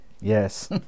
Yes